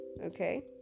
Okay